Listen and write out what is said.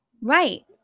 Right